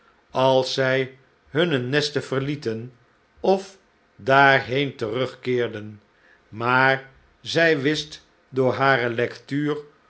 als zij hunne nesten verlieten of daarheen terugkeerden maar zij wist door hare lectuur